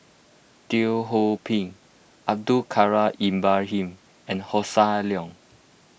Teo Ho Pin Abdul Kadir Ibrahim and Hossan Leong